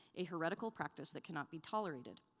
a heretical practice that cannot be tolerated.